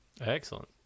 Excellent